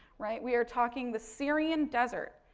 right. we are talking the syrian desert,